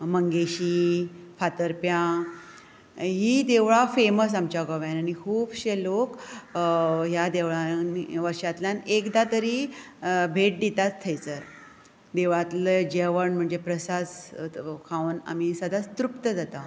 मंगेशी फार्तप्यां हीं देवळां फेमस आमच्या गोंयांत आनी खूबशे लोक ह्या देवळांनी वर्सांतल्यान एकदां तरी भेट दिताच थंयसर देवळांतले जेवण म्हणजे प्रसाद खावन आमी सदांच तृप्त जाता